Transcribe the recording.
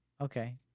Okay